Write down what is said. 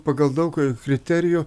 pagal daug kriterijų